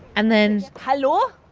and then. hello?